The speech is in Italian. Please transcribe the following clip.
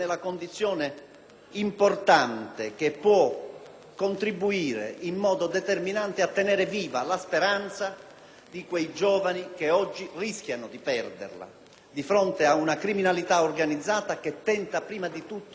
poter contribuire in modo determinante a tenere viva la speranza di quei giovani, che oggi rischiano di perderla di fronte ad una criminalità organizzata che tenta prima di tutto di rubare il futuro alle giovani generazioni del Mezzogiorno